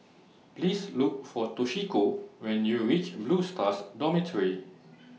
Please Look For Toshiko when YOU REACH Blue Stars Dormitory